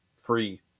free